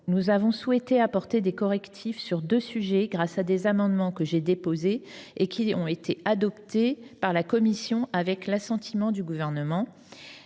nous avons souhaité apporter des correctifs sur deux sujets, grâce à des amendements que j’ai déposés et qui ont été adoptés par la commission avec l’assentiment du Gouvernement.